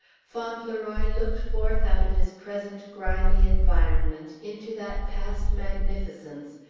fauntleroy looked forth out of his present grimy environment into that past magnificence,